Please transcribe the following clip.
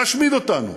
להשמיד אותנו.